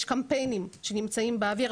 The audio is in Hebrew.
יש קמפיינים שנמצאים באוויר,